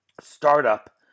Startup